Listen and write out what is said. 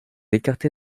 écarté